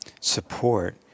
support